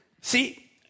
See